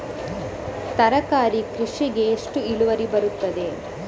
ತರಕಾರಿ ಕೃಷಿಗೆ ಎಷ್ಟು ಇಳುವರಿ ಬರುತ್ತದೆ?